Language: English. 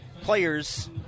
players